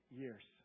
years